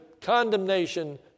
condemnation